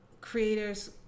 creators